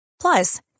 plus